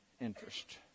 interest